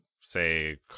say